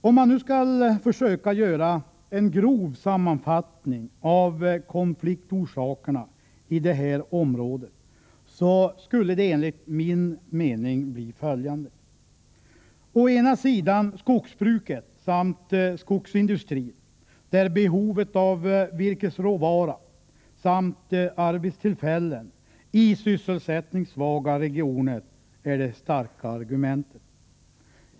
Om man nu skall försöka göra en grov sammanfattning av konfliktorsakerna i det här området så skulle de enligt min mening vara följande: Å ena sidan finns skogsbruket samt skogsindustrin där behovet av virkesråvara samt arbetstillfällen i sysselsättningssvaga regioner är det starka argumentet.